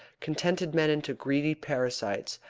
contented men into greedy parasites,